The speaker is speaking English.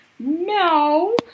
No